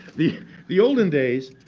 the the olden days,